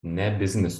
ne biznis